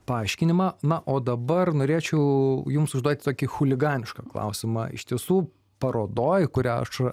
paaiškinimą na o dabar norėčiau jums užduoti tokį chuliganišką klausimą iš tiesų parodoj kurią aš